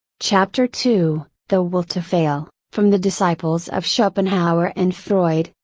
chapter two the will to fail from the disciples of schopenhauer and freud,